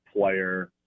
player